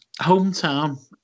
hometown